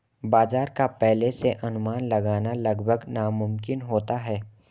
बाजार का पहले से अनुमान लगाना लगभग नामुमकिन होता है